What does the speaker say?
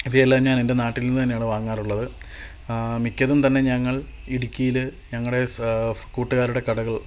ഇവയെല്ലാം ഞാൻ എൻ്റെ നാട്ടിൽ നിന്ന് തന്നെയാണ് വാങ്ങാറുള്ളത് മിക്കതും തന്നെ ഞങ്ങൾ ഇടുക്കിയില് ഞങ്ങളുടെ കൂട്ടുകാരുടെ കടകൾ